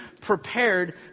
prepared